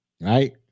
right